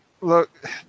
Look